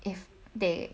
if they